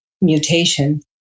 mutation